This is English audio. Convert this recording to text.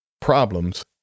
problems